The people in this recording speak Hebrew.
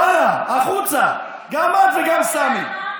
ברא, החוצה, גם את וגם סמי.